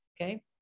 Okay